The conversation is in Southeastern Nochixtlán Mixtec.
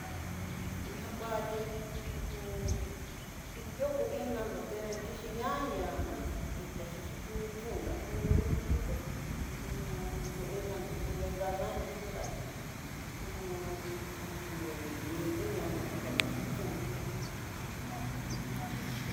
Kudijí kuá chí iin doko iin dandó té kixhi ñaña, ná kaxi yukú chón nakón ondó nruté ho o kú inándo kudi dadanja lachí ñu ati'ó nii iniá jan kayundo ke'eña.